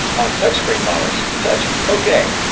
on touchscreen models, touch ok.